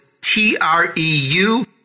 T-R-E-U